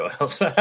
oils